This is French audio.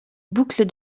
boucle